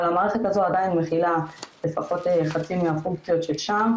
אבל המערכת הזאת עדיין מכילה לפחות חצי מהפונקציות של שע"ם.